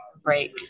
break